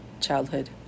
childhood